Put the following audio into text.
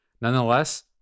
Nonetheless